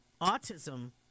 autism